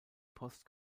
post